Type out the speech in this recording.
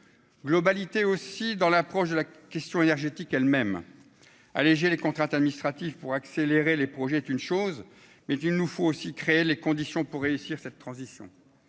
globalité aussi dans l'approche de la question énergétique elle même alléger les contraintes administratives pour accélérer les projets est une chose mais qu'il nous faut aussi créer les conditions pour réussir cette transition,